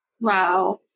Wow